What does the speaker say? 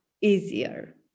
easier